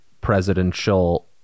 presidential